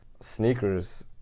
sneakers